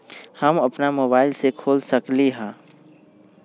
हम अपना मोबाइल से खोल सकली ह?